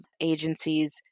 agencies